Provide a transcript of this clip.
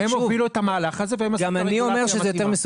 שוב --- הם הובילו את המהלך הזה והם עשו את הרגולציה המתאימה.